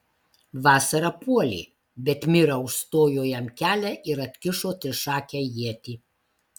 vasara puolė bet mira užstojo jam kelią ir atkišo trišakę ietį